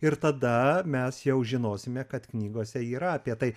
ir tada mes jau žinosime kad knygose yra apie tai